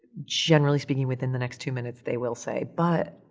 generally speaking within the next two minutes they will say, but,